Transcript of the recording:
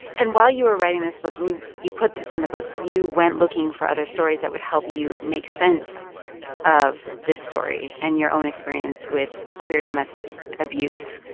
and while you were writing this book and you you put this in the book you went looking for other stories that would help you make sense of this story and your own experience with queer domestic abuse.